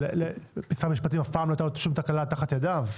למשרד המשפטים מעולם לא יצאה תקלה תחת ידיו?